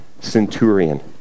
centurion